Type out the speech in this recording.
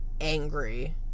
angry